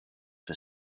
for